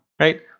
Right